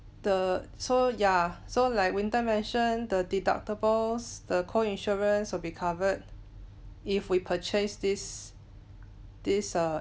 the so ya so like winter mention the deductibles the co-insurance will be covered if we purchase this this err